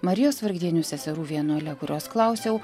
marijos vargdienių seserų vienuole kurios klausiau